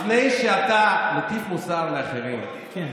לפני שאתה מטיף מוסר לאחרים, כן.